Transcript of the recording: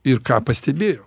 ir ką pastebėjo